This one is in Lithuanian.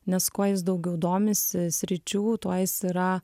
nes kuo jis daugiau domisi sričių tuo jis yra